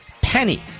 penny